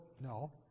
no